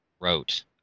wrote